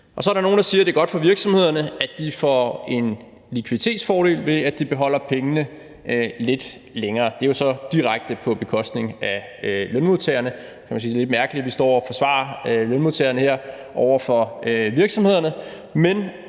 Så er der nogen, der siger, at det er godt for virksomhederne, at de får en likviditetsfordel, ved at de beholder pengene lidt længere, og det er jo så direkte på bekostning af lønmodtagerne, kan man sige, lidt mærkeligt, at vi står og forsvarer lønmodtagerne her over for virksomhederne,